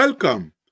Welcome